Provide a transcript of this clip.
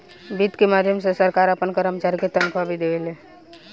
वित्त के माध्यम से सरकार आपना कर्मचारी के तनखाह भी देवेला